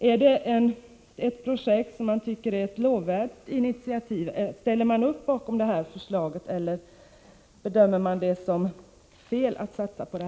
Tycker regeringen att det projektet är ett lovvärt initiativ? Ställer sig regeringen bakom detta förslag, eller bedömer man att det är fel att satsa på det?